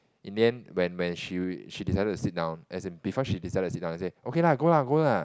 in the end when when she she decided to sit down as in before she decided to sit down and say okay lah go lah go lah